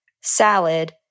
salad